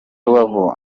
rubavu